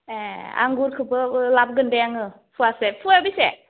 ए आंगुरखोबो लाबोगोन दे आङो फुवासे फुवा बेसे